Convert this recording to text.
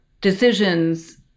decisions